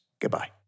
Goodbye